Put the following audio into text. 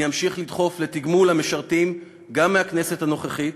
אני אמשיך לדחוף לתגמול המשרתים גם מהכנסת הנוכחית.